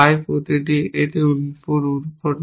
প্রতিটি একটি আউটপুট উত্পাদন করে